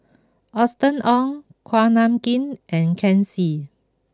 Austen Ong Kuak Nam Jin and Ken Seet